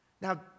Now